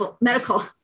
medical